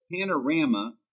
Panorama